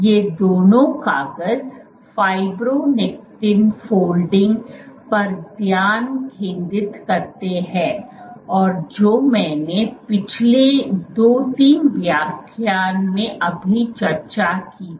ये दोनों कागज फ़ाइब्रोनेक्टिन फ़ॉल्डिंग पर ध्यान केंद्रित करते हैं और जो मैंने पिछले दो तीन व्याख्यान मैं अभी चर्चा की थी